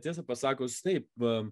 tiesą pasakius taip